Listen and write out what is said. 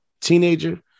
teenager